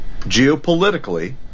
geopolitically